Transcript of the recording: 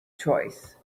choice